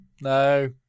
No